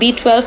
B12